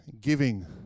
giving